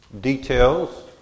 details